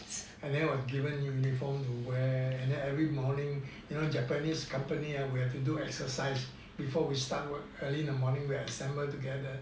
yeah then was given uniform to wear and then every morning you know japanese company we have to do exercise before we start work early in the morning we will assemble together